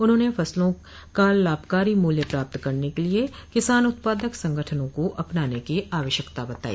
उन्होंने फसलों का लाभकारी मूल्य प्राप्त करने के लिये किसान उत्पादक संगठनों को अपनाने की आवश्कता बताई